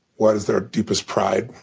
what is their deepest pride?